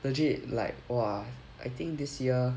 legit like !wah! I think this year